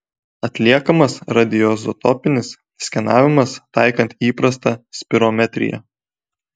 atliekamas radioizotopinis skenavimas taikant įprastą spirometriją